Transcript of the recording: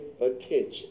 attention